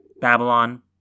Babylon